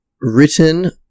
written